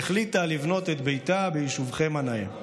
והחליטה לבנות את ביתה ביישובכם הנאה.